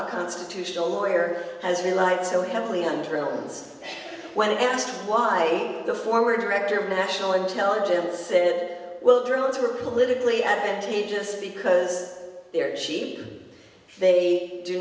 a constitutional lawyer has relied so heavily on trails when asked why the former director of national intelligence said well drones were politically advantageous because they're cheap they do